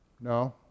No